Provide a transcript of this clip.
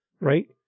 right